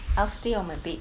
I'll stay on my bed